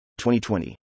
2020